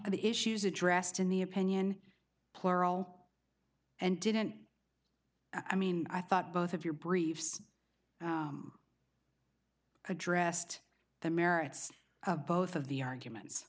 and the issues addressed in the opinion plural and didn't i mean i thought both of your briefs addressed the merits of both of the arguments